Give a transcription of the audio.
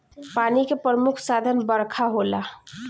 पानी के प्रमुख साधन बरखा होला